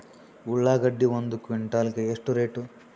ಉಳ್ಳಾಗಡ್ಡಿ ಒಂದು ಕ್ವಿಂಟಾಲ್ ಗೆ ಎಷ್ಟು ರೇಟು?